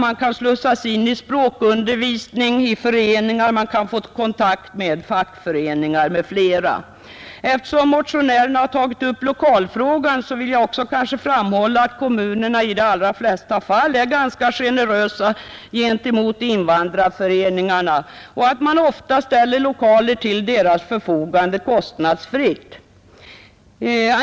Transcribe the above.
De kan slussas in i språkundervisning och i föreningar, och de kan få kontakt med fackföreningar osv. Eftersom motionärerna har tagit upp lokalfrågan vill jag framhålla att kommunerna i de allra flesta fall är ganska generösa gentemot invandrarföreningarna och ofta ställer lokaler till deras förfogande kostnadsfritt.